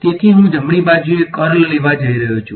તેથી હું જમણી બાજુએ કર્લ લેવા જઈ રહ્યો છું